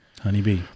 Honeybee